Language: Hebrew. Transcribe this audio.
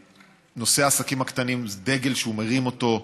שנושא העסקים הקטנים זה דגל שהוא מרים אותו,